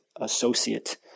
associate